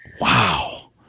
Wow